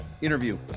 Interview